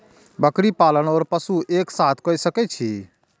बकरी पालन ओर पशु एक साथ कई सके छी?